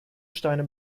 steine